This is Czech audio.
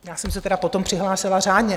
Já jsem se tedy potom přihlásila řádně.